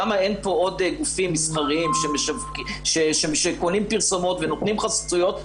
למה אין פה עוד גופים מסחריים שקונים פרסומות ונותנים חסויות,